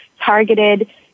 targeted